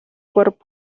cuerpo